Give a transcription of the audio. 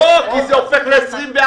לא, כי זה הופך ל-24.